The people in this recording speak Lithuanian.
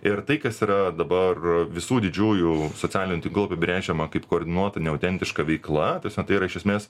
ir tai kas yra dabar visų didžiųjų socialinių tinklų apibrėžiama kaip koordinuota neautentiška veikla tasme tai yra iš esmės